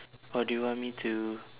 or do you want me to